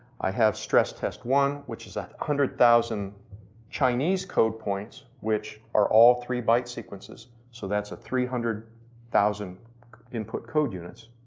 i have stress test one, which is at one hundred thousand chinese code points, which are all three byte sequences. so that's a three hundred thousand input code units.